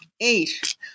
eight